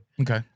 Okay